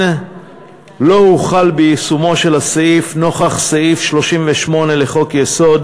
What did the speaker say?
לא הוחל ביישומו של הסעיף נוכח סעיף 38 לחוק-יסוד: